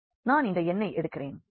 எனவே நான் இந்த n ஐ எடுக்கிறேன்